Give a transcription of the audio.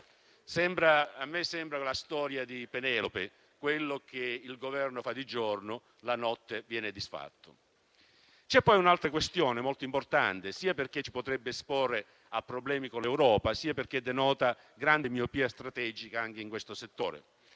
A me sembra la storia di Penelope: quello che il Governo fa di giorno la notte viene disfatto. C'è poi un'altra questione molto importante sia perché ci potrebbe esporre a problemi con l'Europa, sia perché denota grande miopia strategica anche in questo settore.